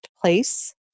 place